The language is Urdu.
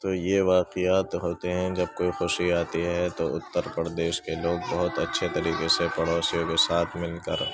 تو یہ واقعات ہوتے ہیں جب کوئی خوشی آتی ہے تو اُترپردیش کے لوگ بہت اچھے طریقے سے پڑوسیوں کے ساتھ مل کر